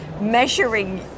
measuring